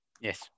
Yes